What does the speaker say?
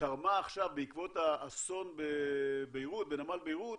תרמה עכשיו, בעקבות האסון בנמל ביירות,